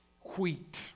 wheat